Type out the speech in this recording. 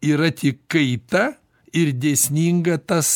yra tik kaita ir dėsninga tas